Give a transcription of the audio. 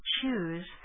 choose